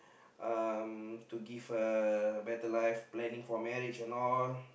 uh to give a better life planning for marriage and all